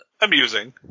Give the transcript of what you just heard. amusing